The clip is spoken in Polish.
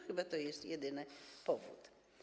Chyba to jest jedyny powód.